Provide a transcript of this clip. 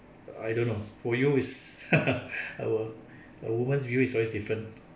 I don't know for you is our a woman's view is always different